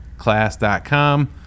class.com